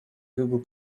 google